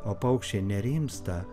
o paukščiai nerimsta